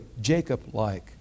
Jacob-like